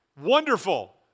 wonderful